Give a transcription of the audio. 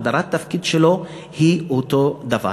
הגדרת התפקיד שלו היא אותו דבר.